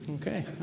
Okay